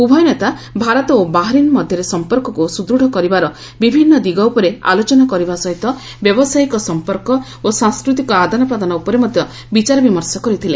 ଉଭୟ ନେତା ଭାରତ ଓ ବାହାରିନ୍ ମଧ୍ୟରେ ସମ୍ପର୍କକୁ ସୁଦୁଢ କରିବାର ବିଭିନ୍ନ ଦିଗ ଉପରେ ଆଲୋଚନା ସହିତ ବ୍ୟବସାୟିକ ସମ୍ପର୍କ ଓ ସାଂସ୍କୃତିକ ଆଦାନପ୍ରଦାନ ଉପରେ ମଧ୍ୟ ବିଚାରବିମର୍ଶ କରିଥିଲେ